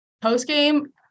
Post-game